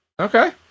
Okay